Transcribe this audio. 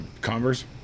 Converse